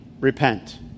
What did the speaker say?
Repent